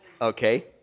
Okay